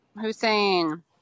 Hussein